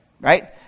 right